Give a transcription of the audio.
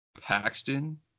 Paxton